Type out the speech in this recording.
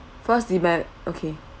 first the okay